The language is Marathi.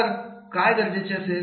तर काय गरजेचे असेल